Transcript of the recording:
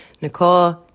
Nicole